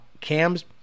cams